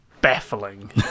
baffling